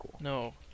no